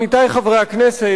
עמיתי חברי הכנסת,